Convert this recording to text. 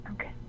Okay